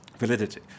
validity